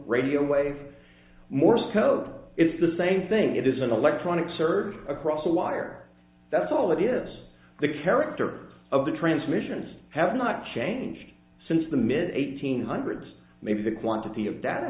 radio wave morse code is the same thing it is an electronic service across a wire that's all it is the character of the transmissions have not changed since the mid eighteenth hundreds maybe the quantity of data